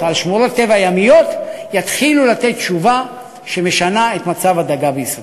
על שמורות טבע ימיות יתחיל לתת תשובה שמשנה את מצב הדגה בישראל.